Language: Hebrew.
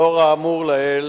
לאור האמור לעיל